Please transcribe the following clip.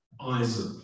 Isaac